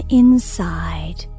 inside